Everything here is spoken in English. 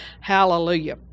Hallelujah